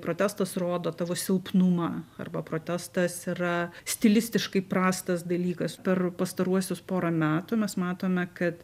protestas rodo tavo silpnumą arba protestas yra stilistiškai prastas dalykas per pastaruosius porą metų mes matome kad